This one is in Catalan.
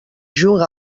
juga